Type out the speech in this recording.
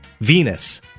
Venus